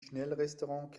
schnellrestaurant